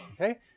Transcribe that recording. okay